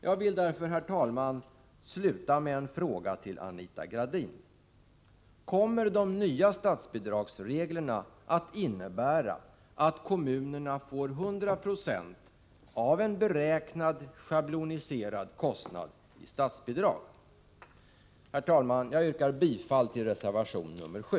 Jag vill, herr talman, sluta med en fråga till Anita Gradin. Kommer de nya statsbidragsreglerna att innebära att kommunerna får 100 96 av en beräknad, schabloniserad kostnad i statsbidrag? Herr talman! Jag yrkar bifall till reservation 7.